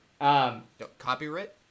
Copyright